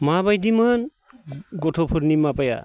माबायदिमोन गथ'फोरनि माबाया